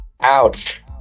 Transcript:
Ouch